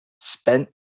spent